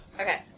Okay